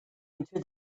into